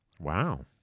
Wow